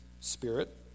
spirit